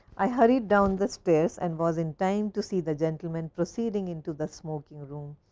i hurried down the stairs and was in time to see the gentlemen proceeding into the smoking room.